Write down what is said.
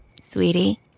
Sweetie